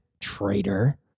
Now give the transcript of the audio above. traitor